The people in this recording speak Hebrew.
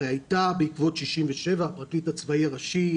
בעקבות 1967 הפרקליט הצבאי הראשי,